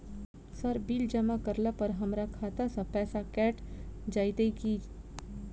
Sir bill जमा करला पर हमरा खाता सऽ पैसा कैट जाइत ई की?